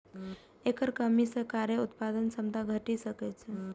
एकर कमी सं कार्य उत्पादक क्षमता घटि सकै छै